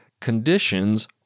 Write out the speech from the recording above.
conditions